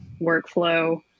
workflow